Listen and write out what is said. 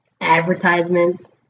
advertisements